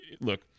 look